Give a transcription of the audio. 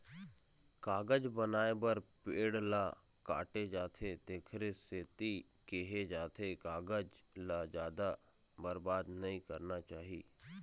कागज बनाए बर पेड़ ल काटे जाथे तेखरे सेती केहे जाथे कागज ल जादा बरबाद नइ करना चाही